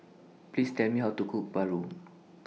Please Tell Me How to Cook Paru